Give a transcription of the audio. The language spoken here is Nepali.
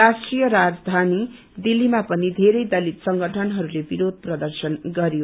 राष्ट्रीय राजधानी दिल्लीमा पनि बेरै दलित संगठनहरूले बिरोध प्रदर्शन गर्यो